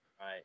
Right